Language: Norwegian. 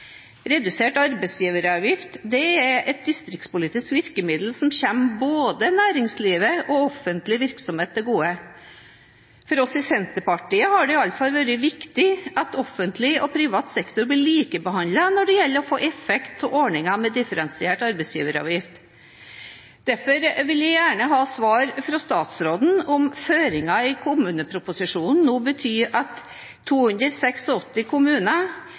Redusert arbeidsgiveravgift er et distriktspolitisk virkemiddel som kommer både næringslivet og offentlig virksomhet til gode. For oss i Senterpartiet har det i hvert fall vært viktig at offentlig og privat sektor blir likebehandlet når det gjelder å få effekt av ordningen med differensiert arbeidsgiveravgift. Derfor vil jeg gjerne ha svar fra statsråden på om føringen i kommuneproposisjonen nå betyr at 286 kommuner